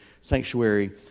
sanctuary